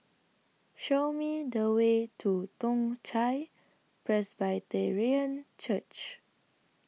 Show Me The Way to Toong Chai Presbyterian Church